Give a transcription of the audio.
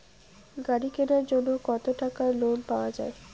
গাড়ি কিনার জন্যে কতো টাকা লোন পাওয়া য়ায়?